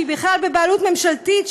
שהיא בכלל בבעלות ממשלתית,